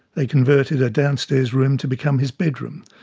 they'd converted a downstairs room to become his bedroom.